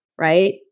right